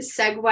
segue